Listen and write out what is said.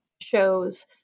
shows